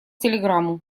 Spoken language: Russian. телеграмму